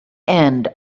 end